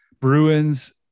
Bruins